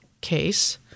case